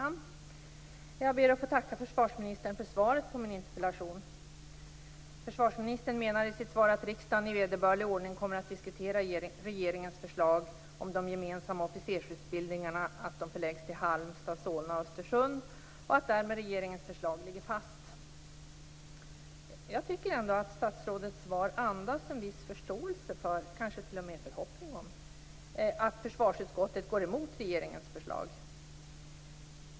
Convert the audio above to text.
Herr talman! Jag ber att få tacka försvarsministern för svaret på min interpellation. Försvarsministern menar i sitt svar att riksdagen i vederbörlig ordning kommer att diskutera regeringens förslag om att de gemensamma officersutbildningarna förläggs till Halmstad, Solna och Östersund och att regeringens förslag därmed ligger fast. Jag tycker ändå att statsrådets svar andas en viss förståelse för, kanske t.o.m. en förhoppning om, att försvarsutskottet går emot regeringens förslag.